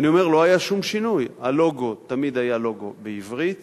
תמיד היה לוגו בעברית,